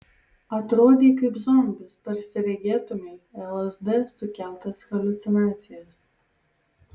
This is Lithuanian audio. atrodei kaip zombis tarsi regėtumei lsd sukeltas haliucinacijas